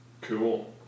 Cool